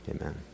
amen